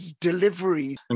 delivery